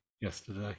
yesterday